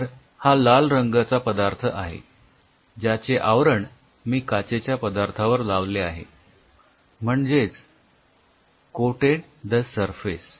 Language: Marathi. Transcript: तर हा लाल रंगाचा पदार्थ आहे ज्याचे आवरण तुम्ही काचेच्या पदार्थावर लावले आहे म्हणजेच कोटेड द सरफेस